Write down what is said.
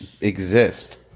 exist